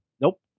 nope